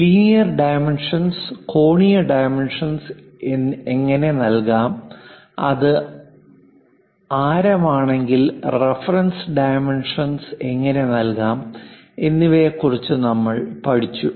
linear dimensions കോണീയ dimensions എങ്ങനെ നൽകാം അത് ആരമാണെങ്കിൽ റഫറൻസ് ഡൈമെൻഷൻസ് എങ്ങനെ നൽകാം എന്നിവയെക്കുറിച്ച് നമ്മൾ പഠിച്ചു